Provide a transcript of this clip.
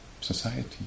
society